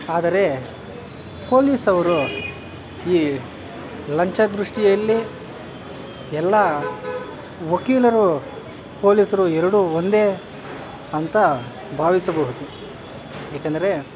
ಆದರೆ ಪೋಲೀಸವರು ಈ ಲಂಚ ದೃಷ್ಟಿಯಲ್ಲಿ ಎಲ್ಲ ವಕೀಲರು ಪೋಲೀಸರು ಎರಡೂ ಒಂದೇ ಅಂತ ಭಾವಿಸಬಹುದು ಏಕೆಂದರೆ